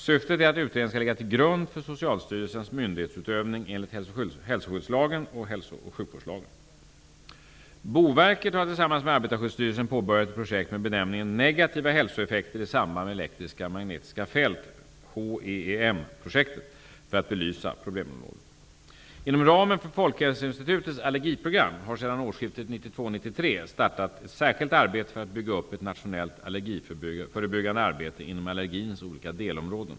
Syftet är att utredningen skall ligga till grund för Socialstyrelsens myndighetsutövning enligt hälsoskyddslagen och hälso och sjukvårdslagen. Boverket har tillsammans med Arbetarskyddsstyrelsen påbörjat ett projekt med benämningen Negativa hälsoeffekter i samband med elektriska och magnetiska fält, HEEM projektet, för att belysa problemområdet. Inom ramen för Folkhälsoinstitutets allergiprogram har det sedan årsskiftet 1992/93 bedrivits ett särskilt arbete för att bygga upp ett nationellt allergiförebyggande arbete inom allergins olika delområden.